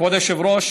כבוד היושב-ראש,